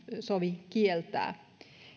sovi kieltää